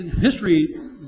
History